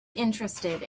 interested